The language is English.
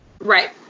Right